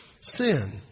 sin